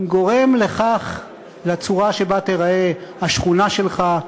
משפיעים על הצורה שבה תיראה השכונה שלך,